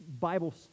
Bible